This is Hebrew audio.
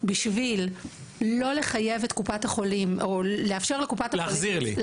בשביל לא לחייב את קופת החולים --- להחזיר לי.